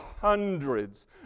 hundreds